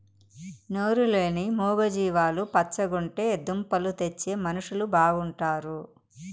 నోరు లేని మూగ జీవాలు పచ్చగుంటే దుంపలు తెచ్చే మనుషులు బాగుంటారు